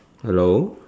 hello